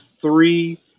three